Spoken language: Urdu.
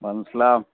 وعلیکم السلام